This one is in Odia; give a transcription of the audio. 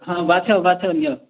ହଁ ବାଛ ବାଛ ନିଅ